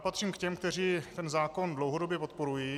Patřím k těm, kteří ten zákon dlouhodobě podporují.